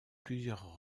plusieurs